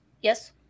Yes